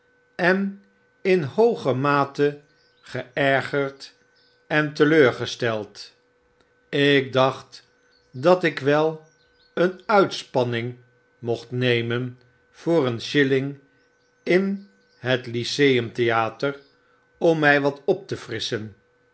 en in hoogemate geergerd en teleurgesteld ik dacht dat ikwel een uitspanning mocht nemen voor een shilling in het lyceum theater om my wat op te frisschen